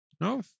no